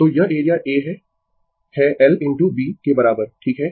तो यह area A है है l इनटू b के बराबर ठीक है